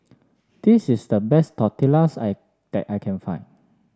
this is the best Tortillas I that I can find